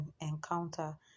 encounter